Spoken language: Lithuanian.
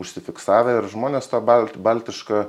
užsifiksavę ir žmonės tą balt baltišką